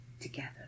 together